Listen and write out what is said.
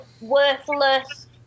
worthless